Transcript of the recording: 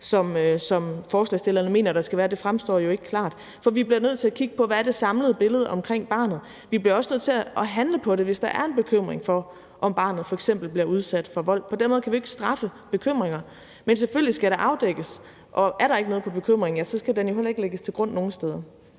som forslagsstillerne mener der skal være. Det fremgår jo ikke klart. Vi bliver nødt til at kigge på, hvad det samlede billede omkring barnet er. Vi bliver også nødt til at handle på det, hvis der er en bekymring for, om barnet f.eks. bliver udsat for vold. På den måde kan vi ikke straffe bekymringer, men selvfølgelig skal det afdækkes, og er der ikke noget om bekymringen, ja, så skal den jo heller ikke lægges til grund nogen steder.